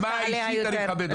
ברמה האישית אני מכבד אותה.